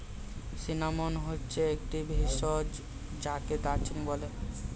cinnamon হচ্ছে একটি ভেষজ যাকে দারুচিনি বলে